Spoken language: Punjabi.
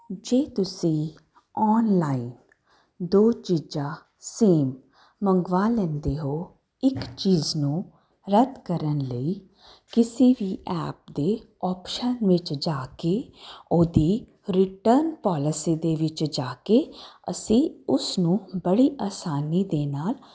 ਜੇ ਤੁਸੀਂ ਆਨਲਾਈਨ ਦੋ ਚੀਜ਼ਾਂ ਸੇਮ ਮੰਗਵਾ ਲੈਂਦੇ ਹੋ ਇੱਕ ਚੀਜ਼ ਨੂੰ ਰੱਦ ਕਰਨ ਲਈ ਕਿਸੇ ਵੀ ਐਪ ਦੇ ਆਪਸ਼ਨ ਵਿੱਚ ਜਾ ਕੇ ਉਹਦੀ ਰਿਟਨ ਪੋਲਿਸੀ ਦੇ ਵਿੱਚ ਜਾ ਕੇ ਅਸੀਂ ਉਸ ਨੂੰ ਬੜੀ ਆਸਾਨੀ ਦੇ ਨਾਲ